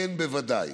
כן, בוודאי,